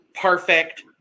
perfect